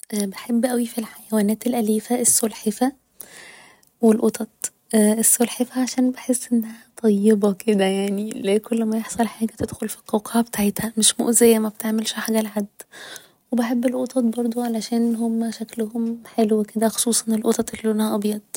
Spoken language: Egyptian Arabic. بحب اوي في الحيوانات الأليفة السلحفة و القطط السلحفة عشان يحس انها طيبة كده يعني اللي هي كل ما يحصل حاجة تدخل في القوقعة بتاعتها مش مؤذية مبتعملش حاجة لحد و بحب القطط برضه علشان هما شكلهم حلو كده خصوصا القطط اللي لونها ابيض